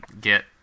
get